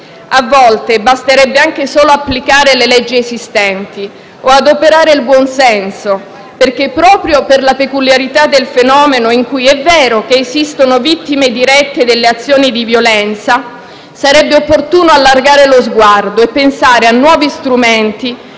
A volte basterebbe anche solo applicare le leggi esistenti o adoperare il buonsenso perché, proprio per la peculiarità del fenomeno in cui è vero che esistono vittime dirette delle azioni di violenza, sarebbe opportuno allargare lo sguardo e pensare a nuovi strumenti